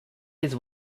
his